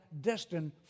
destined